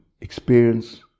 experience